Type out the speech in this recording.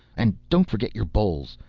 and don't forget your bowls,